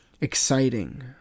exciting